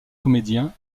comédien